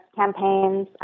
campaigns